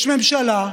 יש ממשלה,